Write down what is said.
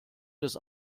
des